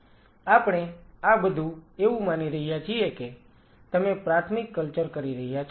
આપણે આ બધું એવું માની રહ્યા છીએ કે તમે પ્રાથમિક કલ્ચર કરી રહ્યા છો